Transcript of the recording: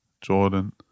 Jordan